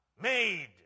made